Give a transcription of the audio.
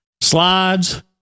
slides